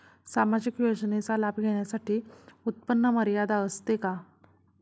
सामाजिक योजनांचा लाभ घेण्यासाठी उत्पन्न मर्यादा असते का?